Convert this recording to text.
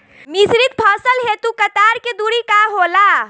मिश्रित फसल हेतु कतार के दूरी का होला?